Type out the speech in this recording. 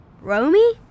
Romy